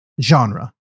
genre